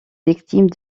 victime